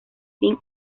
fin